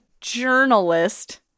journalist